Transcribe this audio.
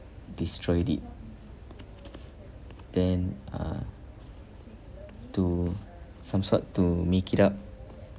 destroyed it then uh to some sort to make it up